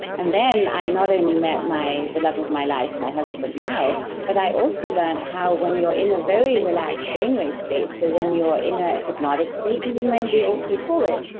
and then i not only met my. the love of my life, my husband now but i also learned how when you're in a very relaxed brainwave state, so when you're in a hypnotic state you will maybe also call it,